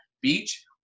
beach